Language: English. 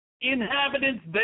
inhabitants